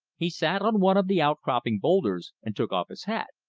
he sat on one of the outcropping boulders and took off his hat.